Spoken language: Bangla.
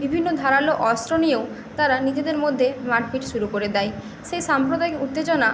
বিভিন্ন ধারালো অস্ত্র নিয়েও তারা নিজেদের মধ্যে মারপিট শুরু করে দেয় সেই সাম্প্রদায়িক উত্তেজনা